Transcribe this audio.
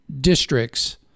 districts